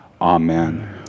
Amen